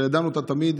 שידענו אותה תמיד,